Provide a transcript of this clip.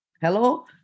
hello